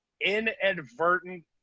inadvertent